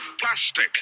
plastic